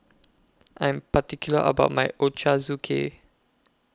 I'm particular about My Ochazuke